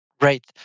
Right